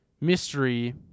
Mystery